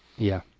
yeah.